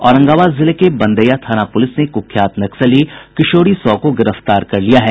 औरंगाबाद जिले के बंदेया थाना प्रलिस ने कुख्यात नक्सली किशोरी साव को गिरफ्तार कर लिया है